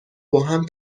باهم